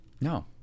No